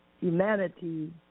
humanity